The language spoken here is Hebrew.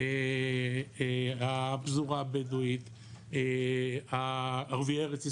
הפזורה הבדואית, ערביי ארץ ישראל,